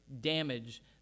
damage